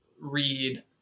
read